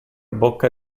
bocca